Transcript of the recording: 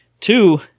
Two